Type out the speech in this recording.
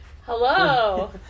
Hello